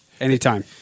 anytime